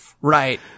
Right